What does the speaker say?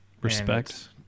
Respect